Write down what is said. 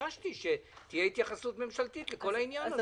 ביקשתי שתהיה התייחסות ממשלתית לכל העניין הזה.